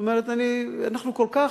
זאת אומרת אנחנו כל כך,